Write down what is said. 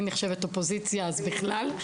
אני נחשבת אופוזיציה אז בכלל.